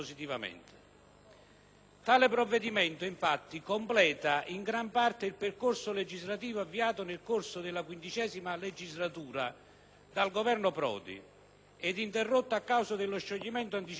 Tale provvedimento, infatti, completa in gran parte il percorso legislativo avviato nel corso della XV legislatura dal Governo Prodi e interrotto a causa dello scioglimento anticipato delle Camere.